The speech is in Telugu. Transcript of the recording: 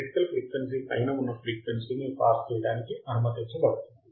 క్రిటికల్ ఫ్రీక్వెన్సీ పైన ఉన్న ఫ్రీక్వెన్సీని పాస్ చేయడానికి అనుమతించబడుతుంది